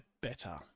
better